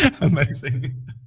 Amazing